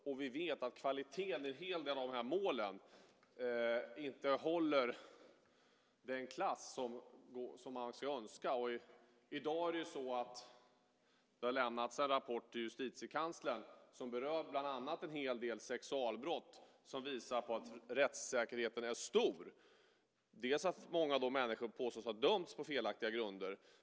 Vi vet också att kvaliteten i en hel del av de här målen inte håller den klass som man skulle önska. I dag har det lämnats en rapport från Justitiekanslern som berör bland annat en hel del sexualbrott. Den visar på att rättsosäkerheten är stor. Många människor påstås ha dömts på felaktiga grunder.